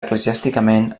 eclesiàsticament